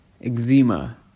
Eczema